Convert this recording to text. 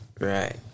Right